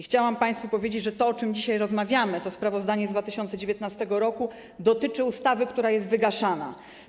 Chciałam państwu powiedzieć, że to, o czym dzisiaj rozmawiamy, czyli sprawozdanie z 2019 r. dotyczy ustawy, która jest wygaszana.